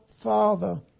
Father